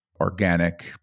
organic